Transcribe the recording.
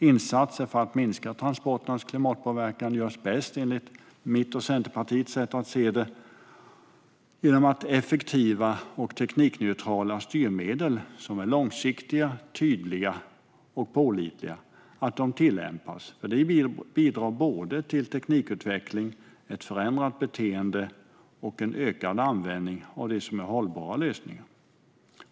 Insatser för att minska transporternas klimatpåverkan görs bäst, enligt mitt och Centerpartiets sätt att se det, genom att man tillämpar effektiva och teknikneutrala styrmedel, som är långsiktiga, tydliga och pålitliga. Det bidrar till teknikutveckling, ett förändrat beteende och en ökad användning av det som är hållbara lösningar.